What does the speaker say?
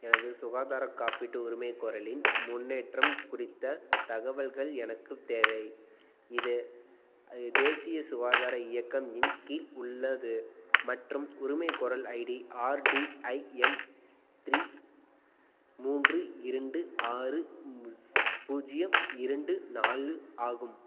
எனது சுகாதாரக் காப்பீட்டு உரிமைகோரலின் முன்னேற்றம் குறித்த தகவல்கள் எனக்குத் தேவை இது தேசிய சுகாதார இயக்கம் இன் கீழ் உள்ளது மற்றும் உரிமைகோரல் ஐடி ஆர்டிஐஎல் த்ரீ மூன்று இரண்டு ஆறு பூஜ்ஜியம் இரண்டு நாலு ஆகும்